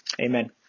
Amen